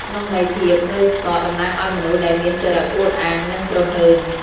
ក្នុងន័យធៀប «ងើយស្កក» តំណាងឱ្យមនុស្សដែលមានចរិតអួតអាង និងព្រហើន។